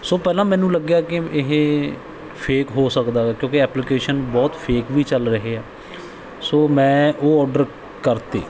ਸੋ ਪਹਿਲਾਂ ਮੈਨੂੰ ਲੱਗਿਆ ਕਿ ਇਹ ਫੇਕ ਹੋ ਸਕਦਾ ਕਿਉਂਕਿ ਐਪਲੀਕੇਸ਼ਨ ਬਹੁਤ ਫੇਕ ਵੀ ਚੱਲ ਰਹੇ ਆ ਸੋ ਮੈਂ ਉਹ ਔਡਰ ਕਰਤੇ